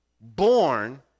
Born